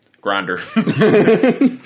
Grinder